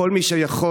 כל מי שיכול,